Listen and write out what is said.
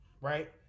Right